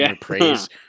praise